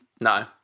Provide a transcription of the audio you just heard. No